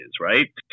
right